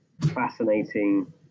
fascinating